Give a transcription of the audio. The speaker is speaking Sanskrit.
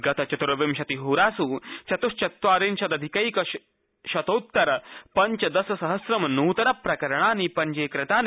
गत चतुर्विशतिहोरासु चतुश्चत्वारिशदाधिकैक शतोत्तर पञ्चदश सहम्रं नूतनप्रकरणानि पञ्जीकृतानि